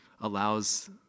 allows